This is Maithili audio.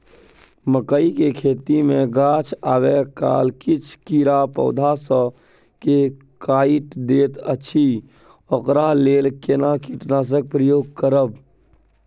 मकई के खेती मे गाछ आबै काल किछ कीरा पौधा स के काइट दैत अछि ओकरा लेल केना कीटनासक प्रयोग करब?